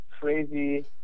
crazy